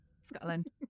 Scotland